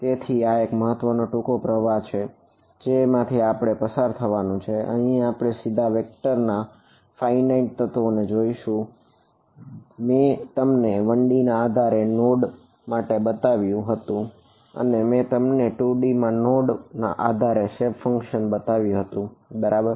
તેથી આ એક મહત્વનો ટુંકો પ્રવાહ છે જેમાંથી આપણે પસાર થવાનું છે અહીં આપણે સીધા વેક્ટર બતાવ્યું હતું બરાબર